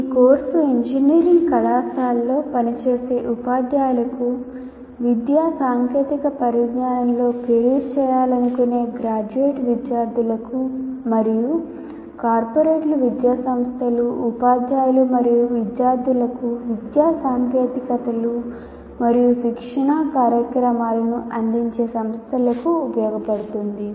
ఈ course engineering కళాశాలల్లో పనిచేసే ఉపాధ్యాయులకు విద్యా సాంకేతిక పరిజ్ఞానంలో కెరీర్ చేయాలనుకునే గ్రాడ్యుయేట్ విద్యార్థులకు మరియు కార్పొరేట్లు విద్యాసంస్థలు ఉపాధ్యాయులు మరియు విద్యార్థులకు విద్యా సాంకేతికతలు మరియు శిక్షణా కార్యక్రమాలను అందించే సంస్థలకు ఉపయోగపడుతుంది